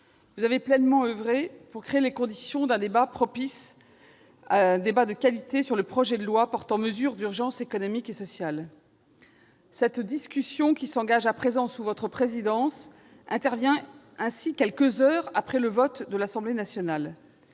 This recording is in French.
vous avez pleinement oeuvré pour créer les conditions propices à un débat de qualité sur le projet de loi portant mesures d'urgence économiques et sociales. La discussion qui s'engage à présent sous votre présidence intervient quelques heures après le vote de l'Assemblée nationale.